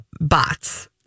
bots